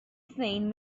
seen